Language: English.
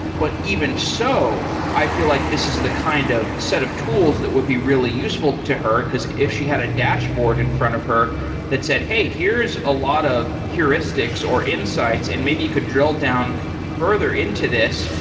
but even so, i feel like this is the kind of set of tools that would be really useful to her, because if she had a dashboard in front of her that said, hey, here's a lot of heuristics or insights, and maybe you could drill down further into this,